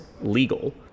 legal